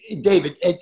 David